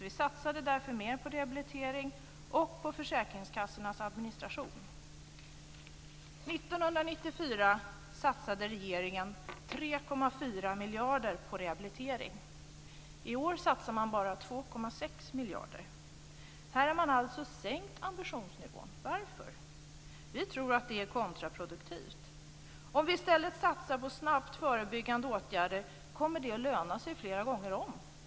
Vi satsade därför mer på rehabilitering och på försäkringskassornas administration. År 1994 satsade regeringen 3,4 miljarder kronor på rehabilitering. I år satsar man bara 2,6 miljarder kronor. Här har man alltså sänkt ambitionsnivån. Varför? Vi tror att det är kontraproduktivt. Om vi i stället satsar på snabbt förebyggande åtgärder kommer det att löna sig flera gånger om.